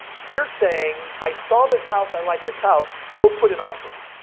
you're saying, i saw this house. i like this house. go put an offering.